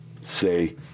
say